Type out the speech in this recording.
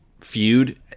feud